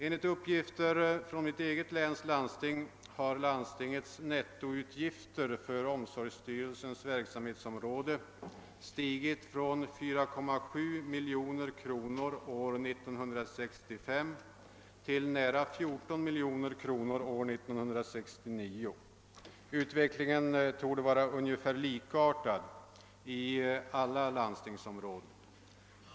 Enligt uppgifter från mitt eget läns landsting har dess nettoutgifter för omsorgsstyrelsens verksamhetsområde ökat från 4,7 miljoner kronor år 1965 till nära 14 miljoner kronor år 1969. Utvecklingen torde vara ungefär likartad i alla landstingsområden.